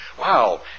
wow